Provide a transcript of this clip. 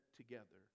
together